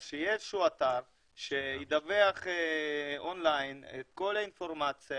אז שיהיה איזה אתר שידווח און-ליין את כל האינפורמציה,